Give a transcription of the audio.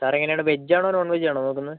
sir എങ്ങനെയാണ് veg ആണോ non veg ആണോ നോക്കുന്നത്